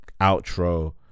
outro